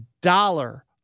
dollar